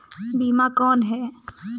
बीमा कौन है?